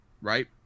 right